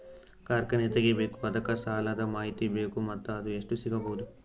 ಕಾರ್ಖಾನೆ ತಗಿಬೇಕು ಅದಕ್ಕ ಸಾಲಾದ ಮಾಹಿತಿ ಬೇಕು ಮತ್ತ ಅದು ಎಷ್ಟು ಸಿಗಬಹುದು?